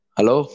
Hello